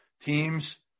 teams –